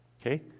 okay